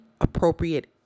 appropriate